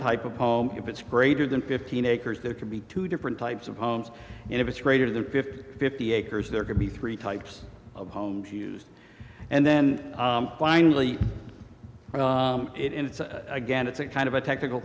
type of home if it's greater than fifteen acres there can be two different types of homes and if it's greater than fifty fifty acres there could be three types of homes used and then finally it is again it's a kind of a technical